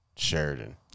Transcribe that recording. Sheridan